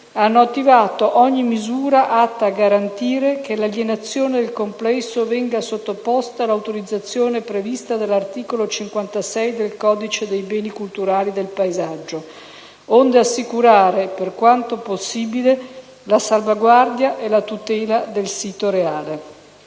hanno attivato ogni misura atta a garantire che l'alienazione del complesso venga sottoposta all'autorizzazione prevista dall'articolo 56 del codice dei beni culturali e del paesaggio onde assicurare, per quanto possibile, la salvaguardia e la tutela del sito reale.